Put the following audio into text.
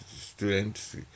students